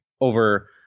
over